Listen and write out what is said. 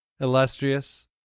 illustrious